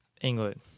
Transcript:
England